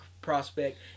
prospect